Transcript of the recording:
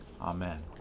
Amen